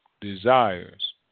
desires